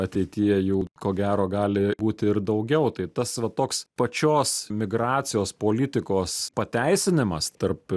ateityje jų ko gero gali būti ir daugiau tai tas va toks pačios migracijos politikos pateisinimas tarp